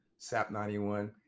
Sap91